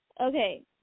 Okay